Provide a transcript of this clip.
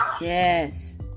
Yes